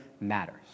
matters